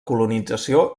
colonització